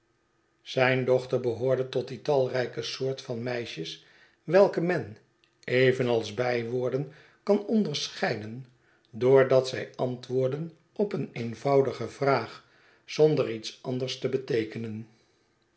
zijn dochter behoorde tot die talrijke soort van meisjes welke men even als bijwoorden kan onderscheiden door dat zij antwoorden op een eenvoudige vraag zonder iets anders te beteekenen